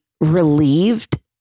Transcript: relieved